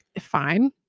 Fine